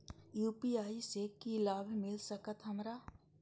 UPI से की लाभ मिल सकत हमरा?